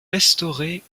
restaurés